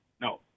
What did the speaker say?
No